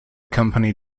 company